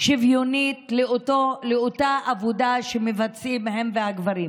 שוויונית באותה עבודה שמבצעים הן והגברים.